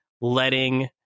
letting